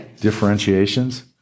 differentiations